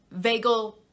vagal